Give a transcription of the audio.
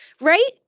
Right